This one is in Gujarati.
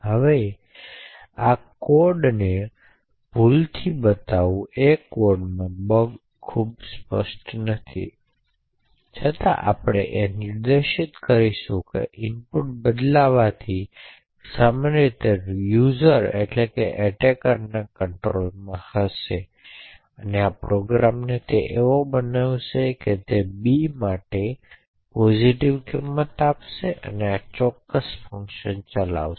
હવે કોડને ભૂલથી બતાવવું એ કોડમાં બગ ખૂબ સ્પષ્ટ નથી તેમ છતાં હવે આપણે હવે જે નિદર્શન કરીશું તે એ છે કે ઇનપુટ બદલ્વુ જે સામાન્ય રીતે યુઝર એટ્લે કે એટેકરના કંટ્રોલમાં હશે આ પ્રોગ્રામ ને તે એવો બનાવશે કે તે b માટે હકારાત્મક કિંમત આપશે અને આ ચોક્કસ ફંકશન ચલાવશે